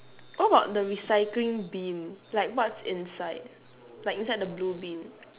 what about the recycling bin like what's inside like inside the blue bin